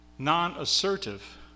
non-assertive